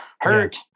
hurt